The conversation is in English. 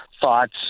thoughts